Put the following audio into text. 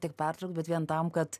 tiek pertraukt bet vien tam kad